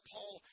Paul